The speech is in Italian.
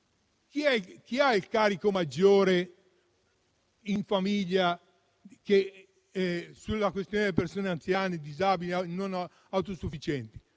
chi ha il carico maggiore in famiglia rispetto alla questione delle persone anziane, disabili o non autosufficienti?